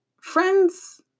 friends